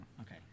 Okay